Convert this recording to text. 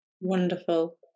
Wonderful